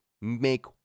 make